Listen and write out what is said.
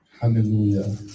hallelujah